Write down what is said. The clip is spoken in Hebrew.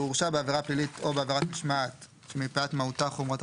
"הגורם הממנה"